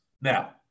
Now